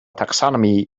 taxonomy